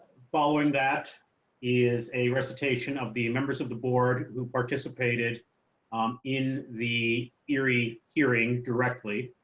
following that is a recitation of the members of the board who participated um in the eerie hearing directly